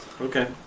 Okay